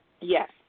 Yes